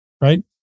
right